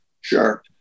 Sure